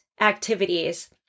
activities